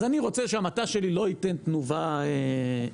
אז אני רוצה שהמטע שלי לא ייתן תנובה גדולה.